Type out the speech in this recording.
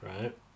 right